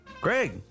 Greg